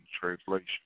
Translation